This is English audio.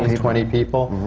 twenty people?